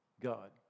God